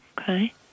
Okay